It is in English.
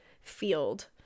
field